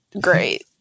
great